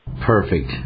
perfect